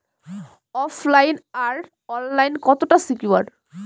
ওফ line আর online কতটা secure?